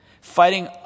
fighting